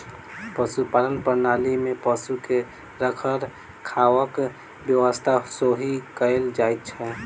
पशुपालन प्रणाली मे पशु के रखरखावक व्यवस्था सेहो कयल जाइत छै